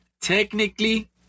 technically